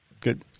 good